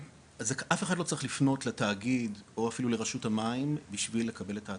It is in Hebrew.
אף אחד לא צריך לפנות לתאגיד או אפילו לרשות המים בשביל לקבל את ההטבה.